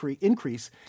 increase